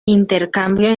intercambio